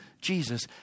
Jesus